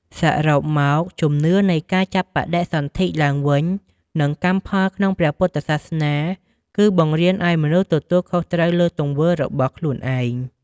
សរុបមក ជំនឿនៃការចាប់បដិសន្ធិឡើងវិញ និងកម្មផលក្នុងព្រះពុទ្ធសាសនា គឺបង្រៀនឲ្យមនុស្សទទួលខុសត្រូវលើទង្វើរបស់ខ្លួនឯង។